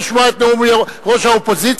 אתה לא רוצה לשמוע את נאום יושבת-ראש האופוזיציה?